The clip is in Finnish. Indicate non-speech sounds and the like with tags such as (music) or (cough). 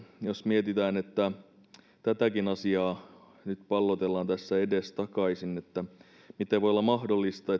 jos mietitään että tätäkin asiaa nyt pallotellaan tässä edestakaisin niin miten voi olla mahdollista (unintelligible)